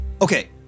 Okay